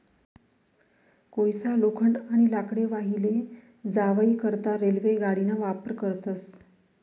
कोयसा, लोखंड, आणि लाकडे वाही लै जावाई करता रेल्वे गाडीना वापर करतस